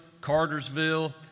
Cartersville